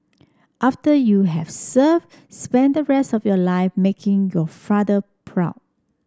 after you have served spend the rest of your life making your father proud